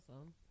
awesome